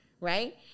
Right